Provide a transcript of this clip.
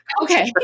Okay